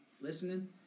listening